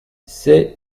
c’est